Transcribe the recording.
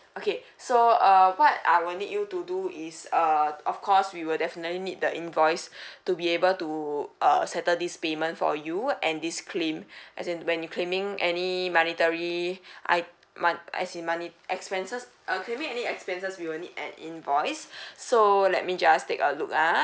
okay so uh what I will need you to do is err of course we will definitely need the invoice to be able to err settle this payment for you and this claim as in when you claiming any monetary I money as in money expenses uh claiming any expenses we will need an invoice so let me just take a look ah